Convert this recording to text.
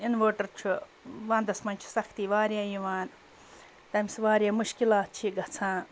inverter چھُ وَنٛدَس منٛز چھِ سختی واریاہ یِوان تٔمِس واریاہ مُشکِلات چھِ گَژھان